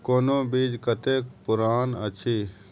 कोनो बीज कतेक पुरान अछि?